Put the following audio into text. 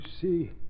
see